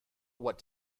what